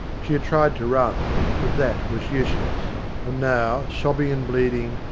she had tried to run, but that was useless and now, sobbing and bleeding,